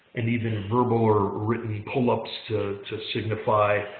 and even verbal or written pull ups to to signify